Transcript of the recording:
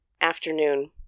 Afternoon